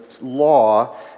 law